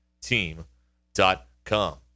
team.com